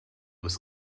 was